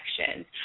connection